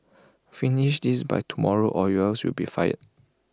finish this by tomorrow or else you'll be fired